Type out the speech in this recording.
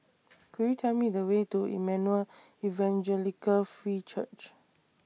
Could YOU Tell Me The Way to Emmanuel Evangelical Free Church